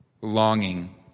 longing